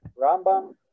Rambam